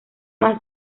más